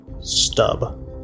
stub